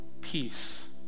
peace